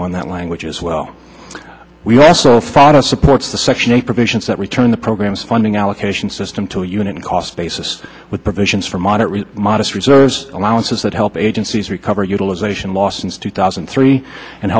you on that language as well we also thought of supports the section eight provisions that return the program's funding allocation system to a unit cost basis with provisions for monitoring modest reserves allowances that help agencies recover utilization losses two thousand and three and